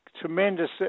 Tremendous